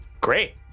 Great